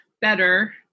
better